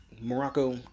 Morocco